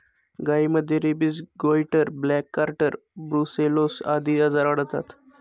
गायींमध्ये rabies, goitre, black quarter, brucellosis आदी आजार आढळतात